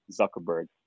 Zuckerberg